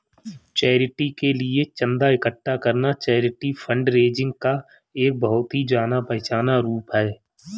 charity के लिए चंदा इकट्ठा करना चैरिटी फंडरेजिंग का एक बहुत ही जाना पहचाना रूप है